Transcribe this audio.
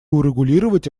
урегулировать